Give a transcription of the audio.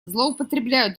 злоупотребляют